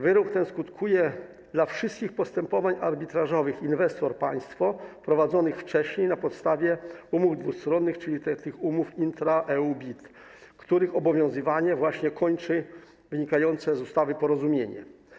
Wyrok ten skutkuje w odniesieniu do wszystkich postępowań arbitrażowych inwestor - państwo prowadzonych wcześniej na podstawie umów dwustronnych, czyli umów intra-EU BIT, których obowiązywanie kończy wynikające z ustawy porozumienie.